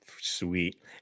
sweet